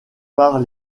par